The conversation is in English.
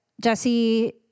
Jesse